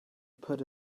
put